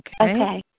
okay